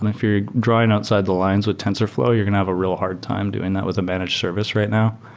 and if you're drawing outside the lines with tensorfl ow, you're going to have a real hard time doing that with a managed service right now,